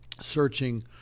searching